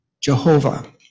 Jehovah